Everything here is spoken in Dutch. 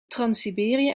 transsiberië